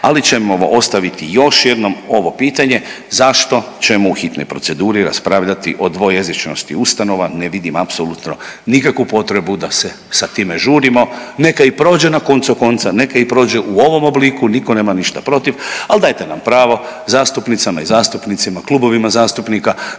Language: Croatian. ali ćemo ostaviti još jednom ovo pitanje zašto ćemo u hitnoj proceduri raspravljati o dvojezičnosti ustanova, ne vidim apsolutno nikakvu potrebu da se sa time žurimo, neka i prođe na koncu konca, neka i prođe u ovom obliku niko nema ništa protiv, al dajte nam pravo zastupnicama i zastupnicima, klubovima zastupnika